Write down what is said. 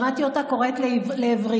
שמעתי אותה קוראת לעברי.